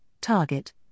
target